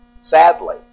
Sadly